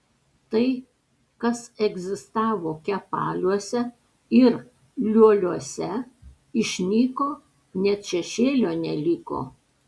tai kas egzistavo kepaliuose ir lioliuose išnyko net šešėlio neliko